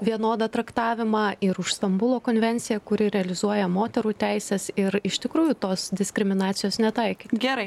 vienodą traktavimą ir už stambulo konvenciją kuri realizuoja moterų teises ir iš tikrųjų tos diskriminacijos netaikyti gerai